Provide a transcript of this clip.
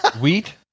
Wheat